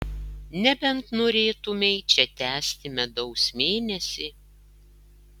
nebent norėtumei čia tęsti medaus mėnesį